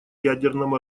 ядерном